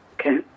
okay